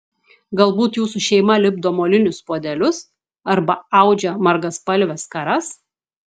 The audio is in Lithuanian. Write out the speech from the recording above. galbūt jūsų šeima lipdo molinius puodelius arba audžia margaspalves skaras